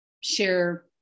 share